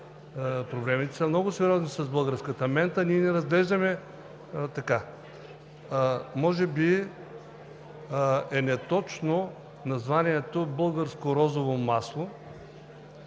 Проблемите са много сериозни с българската мента, а ние не ги разглеждаме. Може би е неточно названието „Българско розово масло“.